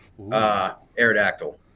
Aerodactyl